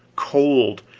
cold,